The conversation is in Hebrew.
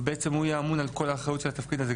ובעצם הוא יהיה אמון על כל האחריות של התפקיד הזה,